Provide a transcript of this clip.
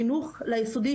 חינוך ליסודי,